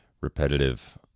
repetitive